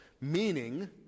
Meaning